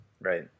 Right